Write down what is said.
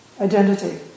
identity